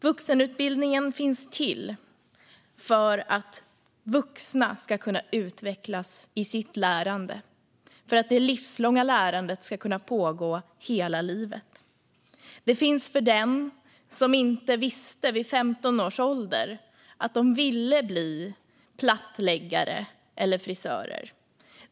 Vuxenutbildningen finns till för att vuxna ska kunna utvecklas i sitt lärande och för att det livslånga lärandet ska kunna pågå hela livet. Den finns för dem som vid 15 års ålder inte visste att de ville bli plattsättare eller frisörer.